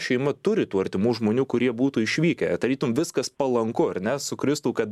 šeima turi tų artimų žmonių kurie būtų išvykę tarytum viskas palanku ar ne sukristų kad